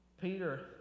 Peter